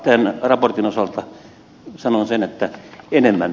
tämän raportin osalta sanon sen että enemmän